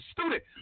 student